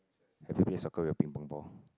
have you play soccer with your Ping Pong ball